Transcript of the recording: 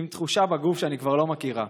עם תחושה בגוף שאני כבר לא מכירה.